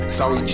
Sorry